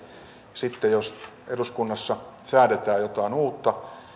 sitten jos eduskunnassa säädetään jotain uutta